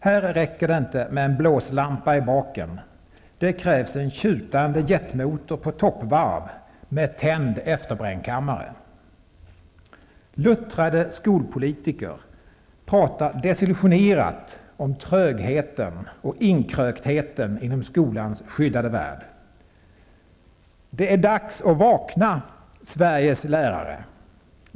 Här räcker det inte med en blåslampa i baken, det krävs en tjutande jetmotor på toppvarv med tänd efterbrännkammare. Luttrade skolpolitiker talar desillusionerat om trögheten och inkröktheten inom skolans skyddade värld. Det är dags att vakna, Sveriges lärare!